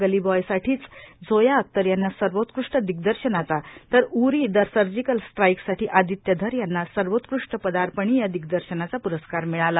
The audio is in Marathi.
गली बॉयसाठीच झोया अख्तर यांना सर्वोत्कृष्ट दिग्दर्शनाचा तर उरी द सर्जिकल स्ट्राईकसाठी आदित्य धर यांना सर्वोत्कृष्ट पदापर्णीय दिग्दर्शनाचा प्रस्कार मिळाला